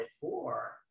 four